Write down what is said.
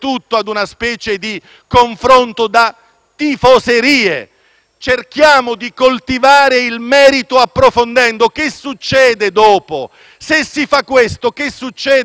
Cerchiamo di coltivare il merito, approfondendo ciò che succede dopo. Se si fa questo, che succede dopo? Noi abbiamo appreso, per esempio, che la domanda etica